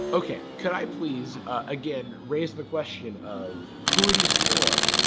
okay. could i please again raise the question of who are these for?